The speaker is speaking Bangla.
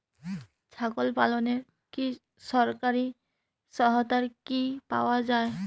ছাগল পালনে সরকারি সহায়তা কি পাওয়া যায়?